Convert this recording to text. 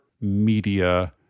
media